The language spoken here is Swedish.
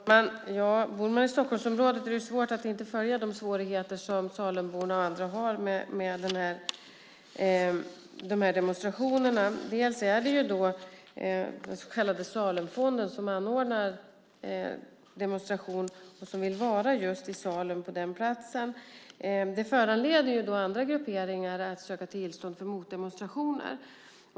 Herr talman! Bor man i Stockholmsområdet är det svårt att inte följa de svårigheter som Salemborna och andra har med de här demonstrationerna. Först är det den så kallade Salemfonden som anordnar demonstration, och som vill vara just i Salem, på den platsen. Det föranleder då andra grupper att söka tillstånd för motdemonstrationer.